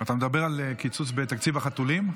אתה מדבר על קיצוץ בתקציב החתולים?